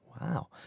Wow